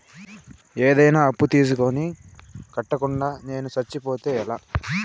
ఏదైనా అప్పు తీసుకొని కట్టకుండా నేను సచ్చిపోతే ఎలా